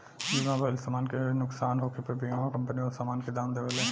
बीमा भइल समान के नुकसान होखे पर बीमा कंपनी ओ सामान के दाम देवेले